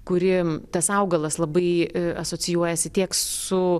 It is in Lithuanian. kuri tas augalas labai asocijuojasi tiek su